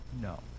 No